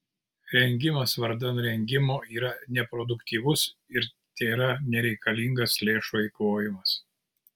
rengimas vardan rengimo yra neproduktyvus ir tėra nereikalingas lėšų eikvojimas